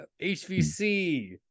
hvc